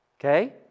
Okay